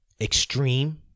extreme